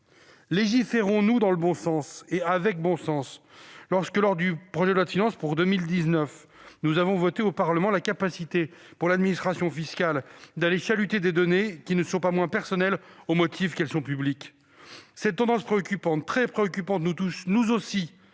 Légiférons-nous dans le bon sens et avec bon sens lorsque, lors de l'examen du projet de loi de finances pour 2019, nous avons voté, au Parlement, une disposition donnant la capacité à l'administration fiscale d'aller chaluter des données qui ne sont pas moins personnelles au motif qu'elles sont publiques ? Cette tendance préoccupante, très préoccupante, nous touche nous aussi,